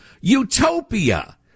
utopia